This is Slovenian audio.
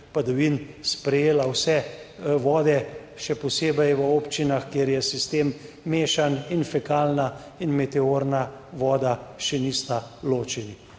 padavin sprejela vse vode, še posebej v občinah, kjer je sistem mešan in fekalna in meteorna voda še nista ločeni.